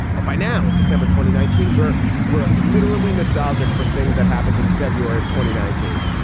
but by now, and december twenty nineteen, where we're literally nostalgic for things that happened in february of twenty nineteen.